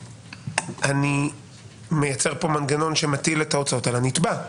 אני מייצר פה מנגנון שמטיל את ההוצאות על הנתבע,